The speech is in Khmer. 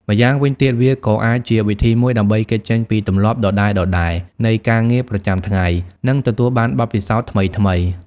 ម្យ៉ាងវិញទៀត វាក៏អាចជាវិធីមួយដើម្បីគេចចេញពីទម្លាប់ដដែលៗនៃការងារប្រចាំថ្ងៃ និងទទួលបានបទពិសោធន៍ថ្មីៗ។